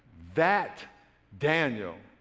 that daniel,